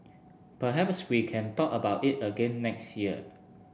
perhaps we can talk about it again next year